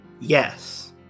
Yes